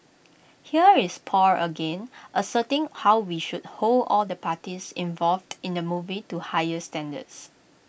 here is Paul again asserting how we should hold all the parties involved in the movie to higher standards